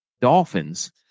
dolphins